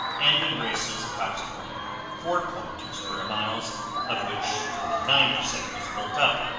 and embraces approximately four point two square miles of which twenty nine percent was built up.